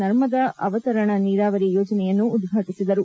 ನರ್ಮದಾ ಅವತರಣ ನೀರಾವರಿ ಯೋಜನೆಯನ್ನು ಉದ್ಘಾಟಿಸಿದರು